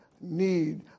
need